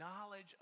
knowledge